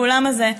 באולם הזה,